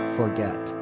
forget